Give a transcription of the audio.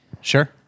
Sure